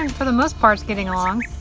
um for the most part is getting along.